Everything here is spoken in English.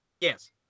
Yes